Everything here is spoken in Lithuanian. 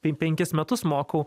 pen penkis metus mokau